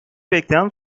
bekleyen